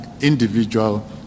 individual